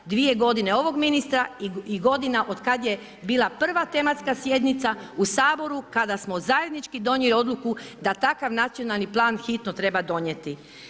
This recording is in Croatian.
2 g. ovog ministra i godina otkad je bila prva tematska sjednica u Saboru kada smo zajednički donijeli odluku da takav nacionalni plan hitno treba donijeti.